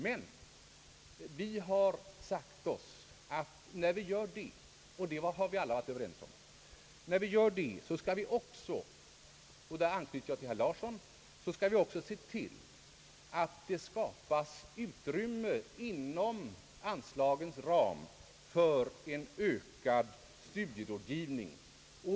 Men vi har sagt oss, och det har alla varit överens om — att när vi gör det skall vi också, här anknyter jag till herr Larssons inlägg — se till att det skapas utrymme inom anslagens ram för ökad studierådgivning.